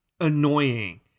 annoying